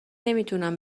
نمیتونم